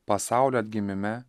pasaulio atgimime